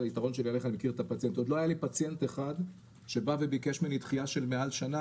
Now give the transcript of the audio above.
היתרון שלי שעוד לא היה לי פציינט אחד שביקש ממני דחיה של מעל שנה,